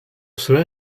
cela